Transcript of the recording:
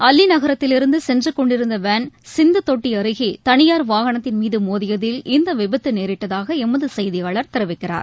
அல்லிநகரத்தில் இருந்து சென்று கொண்டிருந்த வேன் சிந்துதொட்டி அருகே தனியார் வாகனத்தின் மீது மோதியதில் இந்த விபத்து நேரிட்டதாக எமது செய்தியாளர் தெரிவிக்கிறார்